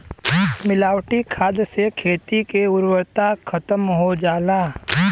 मिलावटी खाद से खेती के उर्वरता खतम हो जाला